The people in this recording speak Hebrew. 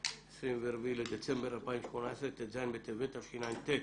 24 בדצמבר 2018, ט"ז בטבת תשע"ט.